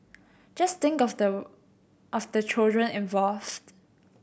just think of the of the children involved